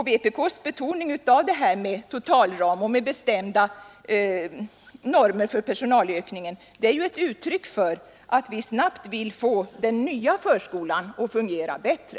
Vpks:s betoning av en totalram och bestämda normer för personalökningen är ett uttryck för att vi snabbt vill få den nya förskolan att fungera bättre.